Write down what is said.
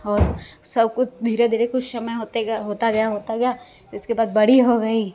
और सब कुछ धीरे धीरे कुछ समय होता गया होता गया इसके बाद बड़ी हो गई